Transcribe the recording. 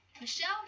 Michelle